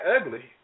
ugly